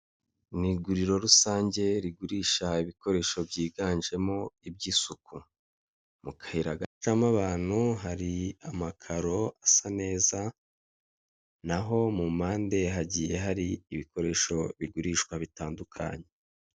Mu iguriro rusange rigurisha ibikoresho byiganjemo iby'isuku mu kayira gacamo abantu hari amakaro asa neza, naho mu mpande hagiye hari ibikoresho bigurishwa bitandukanye.